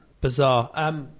Bizarre